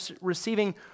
receiving